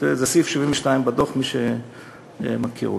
זה סעיף 72 בדוח, מי שמכיר אותו.